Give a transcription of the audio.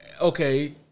okay